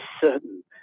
certain